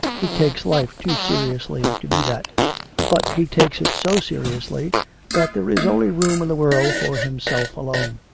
he takes life too seriously to be that but he takes it so seriously that there is only room in the world for himself alone.